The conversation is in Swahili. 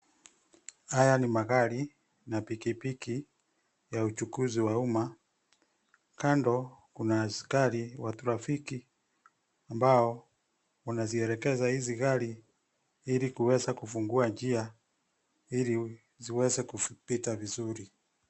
Haya ni magari na pikipiki ya uchukuzi wa umma. Kando kuna askari wa trafiki ambao wanazielekeza hizi gari ili kuweza kufunga njia ili ziweze kupita vizuri.